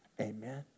Amen